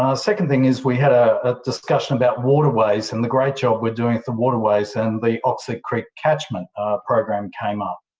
ah second thing is, we had a ah discussion about waterways and the great job we're doing with the waterways and the oxley creek catchment program came up.